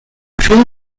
crew